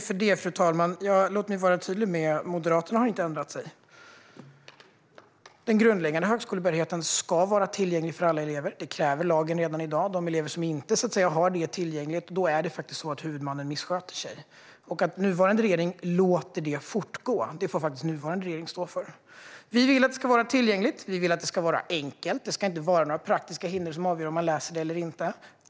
Fru talman! Låt mig vara tydlig: Moderaterna har inte ändrat sig. Den grundläggande högskolebehörigheten ska vara tillgänglig för alla elever. Det kräver lagen även i dag. Om detta inte är tillgängligt för eleverna är det faktiskt huvudmannen som missköter sig. Att nuvarande regering låter det fortgå får nuvarande regering stå för. Vi vill att det ska vara tillgängligt. Vi vill att det ska vara enkelt. Det ska inte vara några praktiska hinder som avgör om man läser det eller inte.